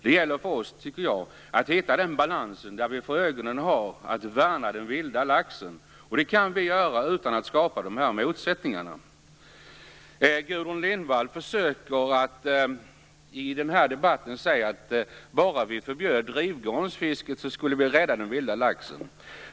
Jag tycker att det gäller för oss att hitta den balans där vi har för ögonen att värna den vilda laxen. Det kan vi göra utan att skapa dessa motsättningar. Gudrun Lindvall försöker i den här debatten säga att om vi bara förbjöd drivgarnsfisket så skulle vi rädda den vilda laxen.